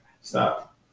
Stop